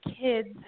kids